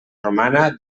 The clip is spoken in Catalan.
romana